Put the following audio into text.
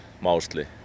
mostly